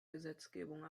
gesetzgebung